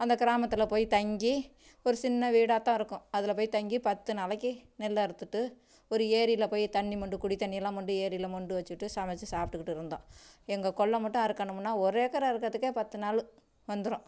அந்த கிராமத்தில் போய் தங்கி ஒரு சின்ன வீடாக தான் இருக்கும் அதில் போய் தங்கி பத்து நாளைக்கு நெல் அறுத்துவிட்டு ஒரு ஏரியில போய் தண்ணி மொண்டு குடி தண்ணிலாம் மொண்டு ஏரியில மொண்டு வச்சிவிட்டு சமைச்சு சாப்பிட்டுக்கிட்டு இருந்தோம் எங்கள் கொல்லை மட்டும் அறுக்கணும்னா ஒரு ஏக்கர் அறுக்கறதுக்கே பத்து நாள் வந்துரும்